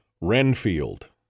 Renfield